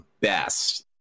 best